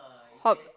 hop